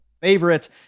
favorites